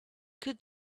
could